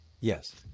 Yes